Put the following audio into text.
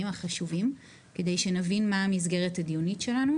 החשובים כדי שנבין מה המסגרת הדיונית שלנו,